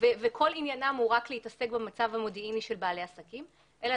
וכל עניינם הוא רק להתעסק במצב המודיעיני של בעלי העסקים אלא